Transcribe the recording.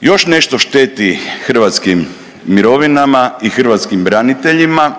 Još nešto šteti hrvatskim mirovinama i hrvatskim braniteljima,